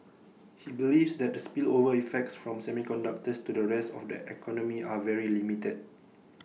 he believes that the spillover effects from semiconductors to the rest of the economy are very limited